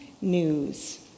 news